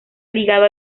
ligado